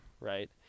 right